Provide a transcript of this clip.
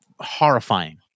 horrifying